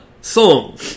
song